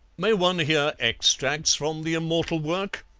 may one hear extracts from the immortal work?